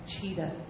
cheetah